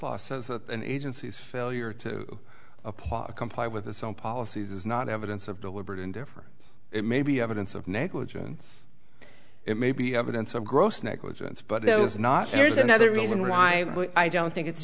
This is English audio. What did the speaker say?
law says and agencies failure to comply with its own policies is not evidence of deliberate indifference it may be evidence of negligence it may be evidence of gross negligence but there was not here's another reason why i don't think it's